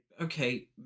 okay